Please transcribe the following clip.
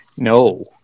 No